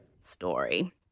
story